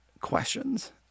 questions